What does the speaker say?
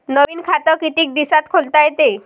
नवीन खात कितीक दिसात खोलता येते?